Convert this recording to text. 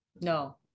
no